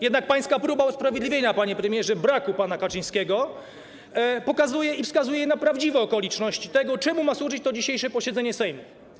Jednak pańska próba usprawiedliwienia, panie premierze, braku pana Kaczyńskiego pokazuje i wskazuje na prawdziwe okoliczności tego, czemu ma służyć to dzisiejsze posiedzenie Sejmu.